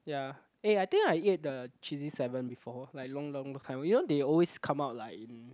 ya eh I think I ate the cheesy seven before like long long time you know they always come up like in